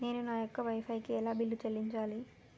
నేను నా యొక్క వై ఫై కి ఎలా బిల్లు చెల్లించాలి?